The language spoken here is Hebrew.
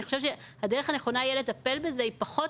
אני חושבת שהדרך הנכונה לטפל בזה תהיה פחות